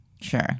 Sure